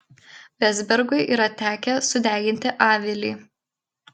vezbergui yra tekę sudeginti avilį